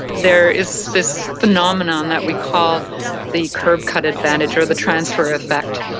there is this phenomenon that we call the curb cut advantage or the transfer effect.